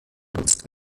genutzt